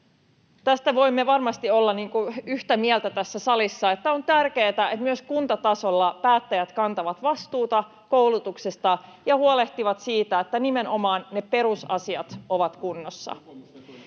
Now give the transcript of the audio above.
Tästä voimme varmasti olla yhtä mieltä tässä salissa, että on tärkeätä, että myös kuntatasolla päättäjät kantavat vastuuta koulutuksesta ja huolehtivat siitä, että nimenomaan ne perusasiat ovat kunnossa.